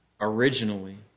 originally